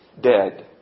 dead